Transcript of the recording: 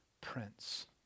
prince